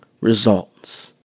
results